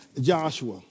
Joshua